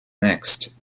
next